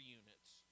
units